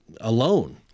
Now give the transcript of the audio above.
alone